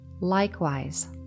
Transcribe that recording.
likewise